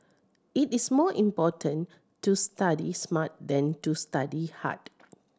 it is more important to study smart than to study hard